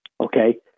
Okay